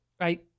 Right